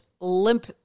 limp